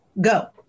Go